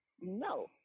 No